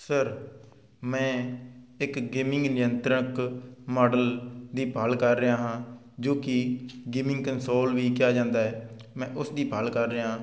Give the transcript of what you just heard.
sir ਮੈਂ ਇੱਕ gaming ਨਿਯੰਤਰਿਤ ਮਾਡਲ ਦੀ ਭਾਲ ਕਰ ਰਿਹਾ ਹਾਂ ਜੋ ਕਿ ਗੇਮਿੰਗ ਕੰਸੋਲ ਵੀ ਕਿਹਾ ਜਾਂਦਾ ਹੈ ਮੈਂ ਉਸਦੀ ਭਾਲ ਕਰ ਰਿਹਾ